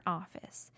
office